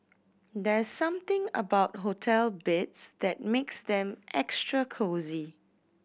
there's something about hotel beds that makes them extra cosy